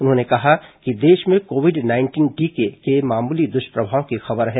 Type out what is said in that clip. उन्होंने कहा कि देश में कोविड नाइंटीन टीके के मामूली दुष्प्रभाव की खबर है